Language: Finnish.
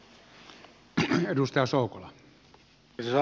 arvoisa puhemies